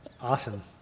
awesome